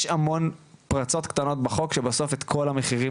יש המון פרצות קטנות בחוק שבסוף את כל המחירים